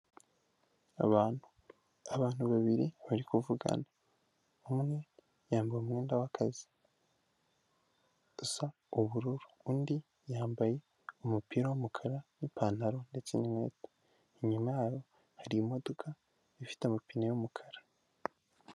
Abantu, abantu babiri bari kuvugana, umwe yambaye umwenda wa kazi usa ubururu undi yambaye umupira w'umukara n'ipantaro ndetse n'inkweto, inyuma yabo hari imodoka ifite amapine y'umukara.